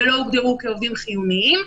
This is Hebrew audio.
ולא הוגדרו כעובדים חיוניים,